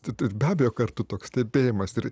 tad ir be abejo kartu toks stebėjimas ir